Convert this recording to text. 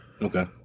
okay